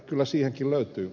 kyllä siihenkin löytyy